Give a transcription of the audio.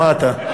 מה אתה?